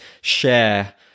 share